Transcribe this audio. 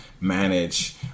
manage